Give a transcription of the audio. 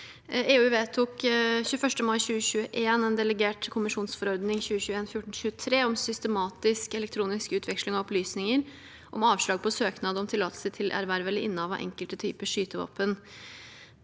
EU vedtok 21. mai 2021 delegert kommisjonsforordning 2021/1423, om systematisk elektronisk utveksling av opplysninger om avslag på søknad om tillatelse til erverv eller innehav av enkelte typer skytevåpen.